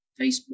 facebook